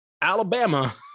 Alabama